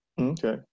Okay